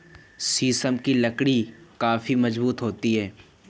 शीशम की लकड़ियाँ काफी मजबूत होती हैं